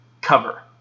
cover